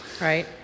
right